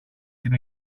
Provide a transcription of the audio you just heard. την